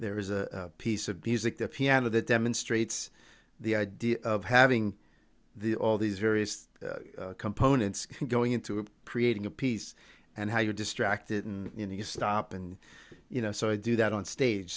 there is a piece of music the piano that demonstrates the idea of having the all these various components going into creating a piece and how you're distracted you know you stop and you know so i do that on stage